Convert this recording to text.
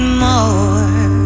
more